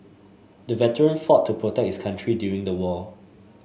the veteran fought to protect his country during the war